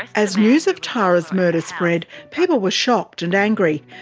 as news of tara's murder spread, people were shocked and angry.